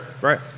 right